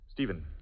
Stephen